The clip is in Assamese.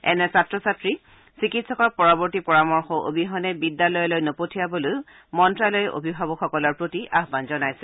এনে ছাত্ৰ ছাত্ৰীকি চিকিৎসকৰ পৰৱৰ্তী পৰামৰ্শৰ অবিহনে বিদ্যালয়লৈ নপঠিয়াবলৈ মন্ত্যালয়ে অভিভাৱকসকলৰ প্ৰতি আহবান জনাইছে